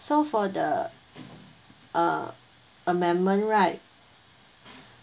so for the uh amendment right